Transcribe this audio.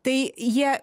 tai jie